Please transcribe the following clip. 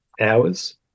hours